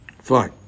Fine